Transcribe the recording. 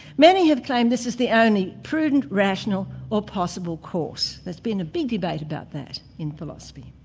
many have claimed this as the only prudent, rational or possible course. there's been a big debate about that in philosophy.